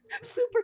Super